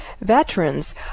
veterans